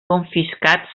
confiscats